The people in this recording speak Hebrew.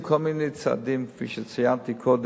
חבר הכנסת אורי